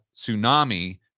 tsunami